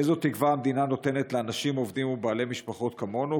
איזו תקווה המדינה נותנת לאנשים עובדים ובעלי משפחות כמונו?